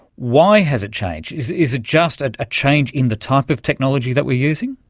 why has it changed? is is it just a change in the type of technology that we are using?